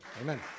Amen